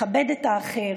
לכבד את האחר,